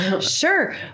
Sure